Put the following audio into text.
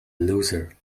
loser